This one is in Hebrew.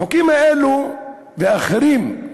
החוקים האלה, ואחרים,